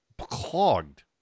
clogged